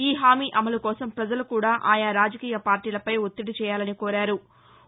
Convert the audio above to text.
ఈ హామీ అమలుకోసం ప్రజలు కూడా ఆయా రాజకీయ పార్లీలపై ఒత్తిడిచేయాలని కోరారు